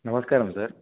నమస్కారం సార్